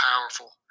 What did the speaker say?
powerful